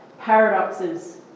paradoxes